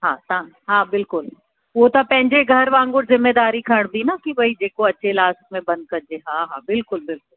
हा तव्हां हा बिल्कुलु उहो त पंहिंजे घरु वांगुरु ज़िमेदारी खणबी न की भई जेको अचे लास्ट में बंदि कॼे हा हा बिल्कुलु बिल्कुलु